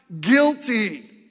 guilty